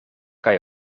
kaj